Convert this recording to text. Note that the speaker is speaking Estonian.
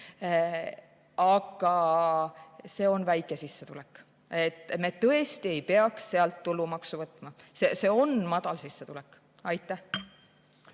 aga see on väike sissetulek. Me tõesti ei peaks sealt tulumaksu võtma. See on madal sissetulek. Aitäh!